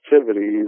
activities